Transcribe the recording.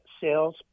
sales